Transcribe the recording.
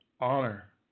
honor